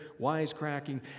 wisecracking